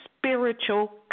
spiritual